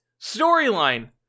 storyline